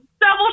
double